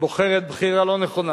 בוחרת בחירה לא נכונה.